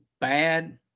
bad